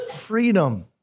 freedom